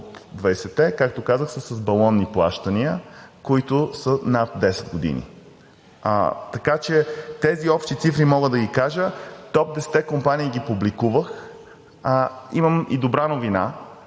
от 20-те, както казах, са с балонни плащания, които са над 10 години. Така че тези общи цифри мога да ги кажа. Топ 10-те компании ги публикувах. Имам и добра новина